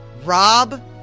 Rob